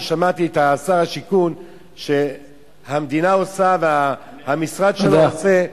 אני שמעתי את שר השיכון אומר שהמדינה עושה והמשרד שלו עושה,